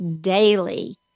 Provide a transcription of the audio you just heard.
daily